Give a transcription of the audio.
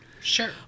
Sure